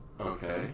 Okay